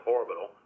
Orbital